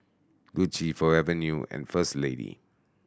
Gucci Forever New and First Lady